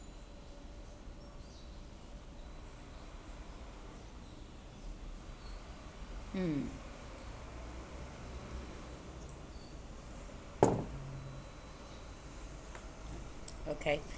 mm okay